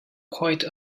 quite